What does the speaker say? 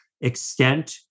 extent